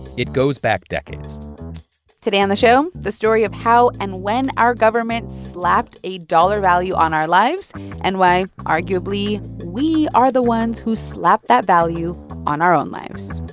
it goes back decades today on the show, the story of how and when our government slapped a dollar value on our lives and why, arguably, we are the ones who slap that value on our own lives